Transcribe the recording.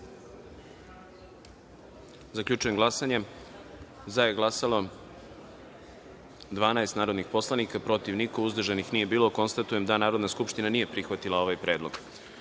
predlog. Zaključujem glasanje: za je glasalo – 12 narodnih poslanika, protiv – niko, uzdržanih – nije bilo. Konstatujem da Narodna skupština nije prihvatila ovaj predlog. Narodni